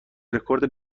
رکورد